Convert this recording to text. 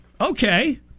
Okay